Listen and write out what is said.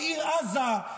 בעיר עזה,